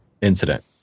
incident